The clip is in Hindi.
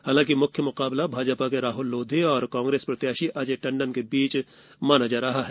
हालांकि मुख्य मुकाबला भाजपा के राहल लोधी और कांग्रेस प्रत्याशी अजय टंडन के बीच माना जा रहा है